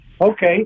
Okay